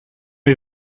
les